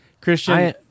christian